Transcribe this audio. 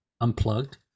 Unplugged